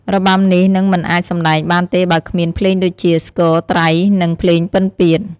របាំនេះនឹងមិនអាចសម្តែងបានទេបើគ្មានភ្លេងដូចជា ស្គរ ត្រៃ និង ភ្លេងពិណពាទ្យ។